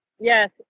yes